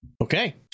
okay